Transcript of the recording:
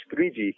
3G